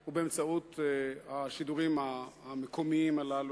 היא באמצעות השידורים המקומיים הללו.